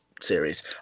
series